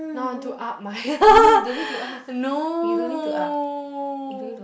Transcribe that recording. now I want to up my no